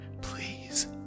Please